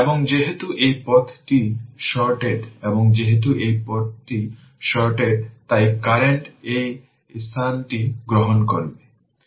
এবং যেহেতু এই পথটি শর্টেড এবং যেহেতু এই পথটি শর্টেড তাই কারেন্ট এই স্থানটি গ্রহণ করবে